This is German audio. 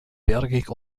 bergig